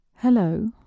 Hello